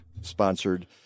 sponsored